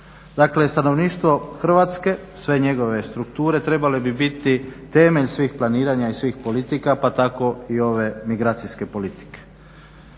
Dakle, stanovništvo Hrvatske, sve njegove strukture trebale bi biti temelj svih planiranja i svih politika pa tako i ove migracijske politike.